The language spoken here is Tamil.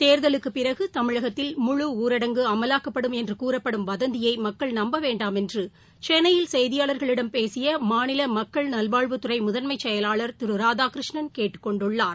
தேர்தலுக்குபிறகுதமிழகத்தில் முழு ஊரடங்கு அமலாக்கப்படும் என்றுகூறப்படும் வதந்தியைமக்கள் நம்பவேண்டாம் என்றுசென்னையில் ப்பு செய்தியாளர்களிடம் பேசியமாநிலமக்கள் நல்வாழ்வுத்துறைமுதன்மைசெயலாளர் திருராதாகிருஷ்ணன் கேட்டுக்கொண்டுள்ளார்